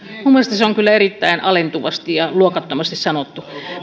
minun mielestäni se on kyllä erittäin alentuvasti ja luokattomasti sanottu